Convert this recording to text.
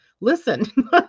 listen